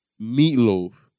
meatloaf